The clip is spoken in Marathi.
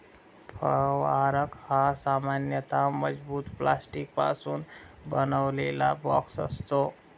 फवारक हा सामान्यतः मजबूत प्लास्टिकपासून बनवलेला बॉक्स असतो